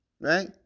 Right